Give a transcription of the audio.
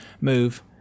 Move